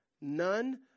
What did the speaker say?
None